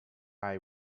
sky